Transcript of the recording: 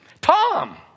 Tom